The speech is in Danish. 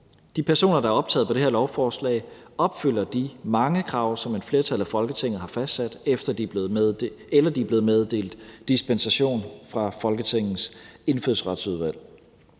De personer, der er optaget på det her lovforslag, opfylder de mange krav, som et flertal i Folketinget har fastsat, eller de er blevet meddelt dispensation fra Folketingets Indfødsretsudvalg.